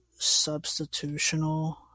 substitutional